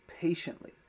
patiently